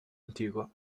antico